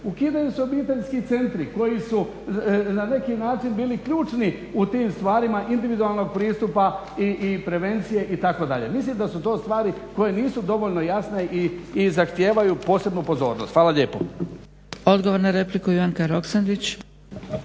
Ukidaju se obiteljski centri koji su na neki način bili ključni u tim stvarima individualnog pristupa i prevencije itd. Mislim da su to stvari koje nisu dovoljno jasne i zahtijevaju posebnu pozornost. Hvala lijepo.